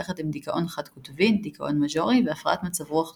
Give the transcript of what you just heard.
יחד עם דיכאון חד-קוטבי דיכאון מז'ורי והפרעות מצב רוח נוספות.